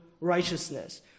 righteousness